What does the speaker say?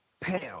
pound